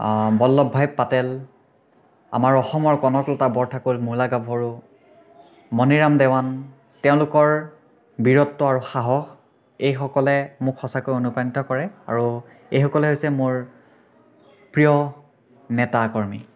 বল্লৱ ভাই পাটেল আমাৰ অসমৰ কণকলতা বৰঠাকুৰ মুলা গাভৰু মণিৰাম দেৱান তেওঁলোকৰ বীৰত্বৰ সাহস এইসকলে মোক সঁচাকৈ অনুপ্ৰাণিত কৰে আৰু এইসকলেই হৈছে মোৰ প্ৰিয় নেতা কৰ্মী